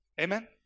Amen